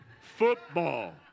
football